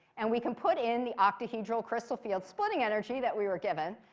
and we can put in the octahedral crystal field splitting energy that we were given.